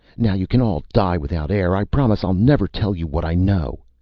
now you can all die without air. i promise i'll never tell you what i know!